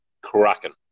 cracking